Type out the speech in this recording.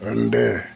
ரெண்டு